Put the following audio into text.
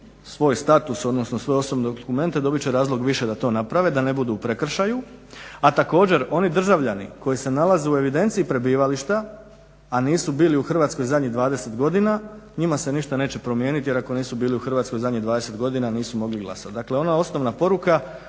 svoj status odnosno svoje osobne dokumente dobit će razloga više da to naprave da ne budu u prekršaj. A također oni državljani koji se nalaze u evidenciji prebivališta, a nisu bili u Hrvatskoj zadnjih 20 godina njima se neće ništa promijeniti jer ako nisu bili u Hrvatskoj zadnjih 20 godina nisu mogli glasati. Dakle ona osnovna poruka